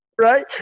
Right